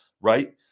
right